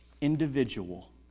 individual